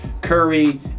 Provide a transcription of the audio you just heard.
Curry